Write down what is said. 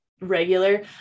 regular